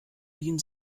wien